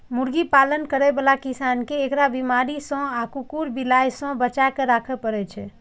मुर्गी पालन करै बला किसान कें एकरा बीमारी सं आ कुकुर, बिलाय सं बचाके राखै पड़ै छै